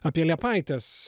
apie liepaites